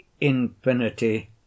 infinity